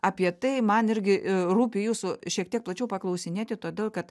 apie tai man irgi rūpi jūsų šiek tiek plačiau paklausinėti todėl kad